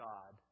God